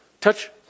Touch